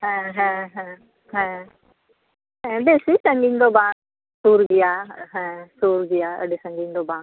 ᱦᱮᱸ ᱦᱮᱸ ᱦᱮᱸ ᱦᱮᱸ ᱵᱮᱥᱤ ᱥᱟᱺᱜᱤᱧ ᱫᱚ ᱵᱟᱝ ᱥᱩᱨ ᱜᱮᱭᱟ ᱦᱮᱸ ᱥᱩᱨ ᱜᱮᱭᱟ ᱟᱹᱰᱤ ᱥᱟᱺᱜᱤᱧ ᱫᱚ ᱵᱟᱝ